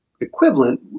equivalent